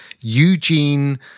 Eugene